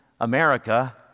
America